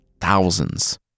thousands